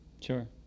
Sure